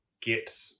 Get